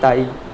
তাই